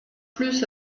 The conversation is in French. plus